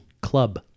Club